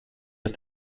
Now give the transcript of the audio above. ist